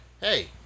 Hey